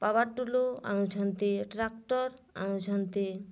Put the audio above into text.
power tool ଆଣୁଛନ୍ତି tractor ଅଣୁଛନ୍ତି